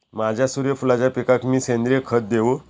माझ्या सूर्यफुलाच्या पिकाक मी सेंद्रिय खत देवू?